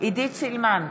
עידית סילמן,